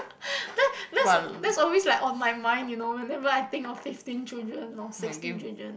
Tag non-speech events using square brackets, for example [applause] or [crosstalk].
[laughs] that that's that's always like on mind you know whenever I think of fifteen children or sixteen children